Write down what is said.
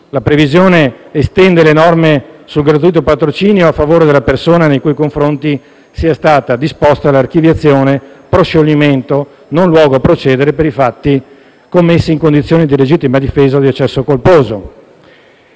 La previsione estende le norme sul gratuito patrocinio a favore della persona nei cui confronti siano stati disposti l'archiviazione, il proscioglimento e il non luogo a procedere per i fatti commessi in condizione di legittima difesa e di eccesso colposo.